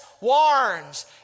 warns